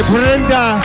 Brenda